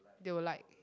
they will like